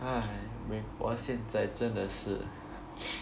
哎我现在真的是